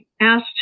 asked